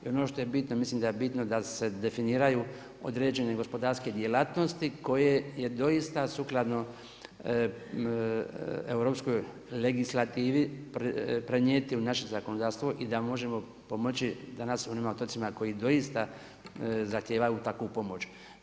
I ono što je bitno mislim da je bitno da se definiraju određene gospodarske djelatnosti koje je dosita sukladno europskoj legislativi prenijeti u naše zakonodavstvo i da možemo pomoći danas onim otocima koji doista zahtijevaju takvu pomoć.